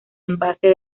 embalse